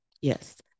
Yes